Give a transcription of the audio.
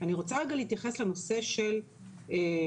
אני רוצה רגע להתייחס לנושא של החקיקה,